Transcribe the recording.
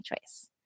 choice